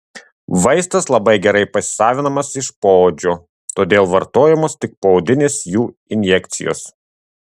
vaistas labai gerai pasisavinamas iš poodžio todėl vartojamos tik poodinės jų injekcijos